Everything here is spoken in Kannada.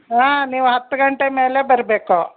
ಹಾಂ ನೀವು ಹತ್ತು ಗಂಟೆ ಮೇಲೇ ಬರಬೇಕು